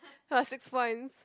plus six points